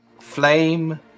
Flame